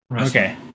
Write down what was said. Okay